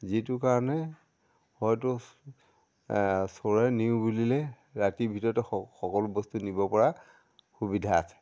যিটো কাৰণে হয়তো চোৰে নিওঁ বুলিলে ৰাতিৰ ভিতৰতে সকলো বস্তু নিব পৰা সুবিধা আছে